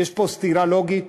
יש פה סתירה לוגית